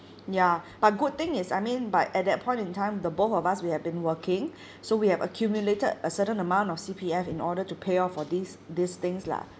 ya but good thing is I mean but at that point in time the both of us we have been working so we have accumulated a certain amount of C_P_F in order to pay off for these this things lah